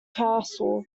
castle